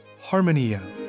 harmonia